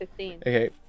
Okay